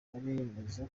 baremeza